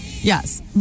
Yes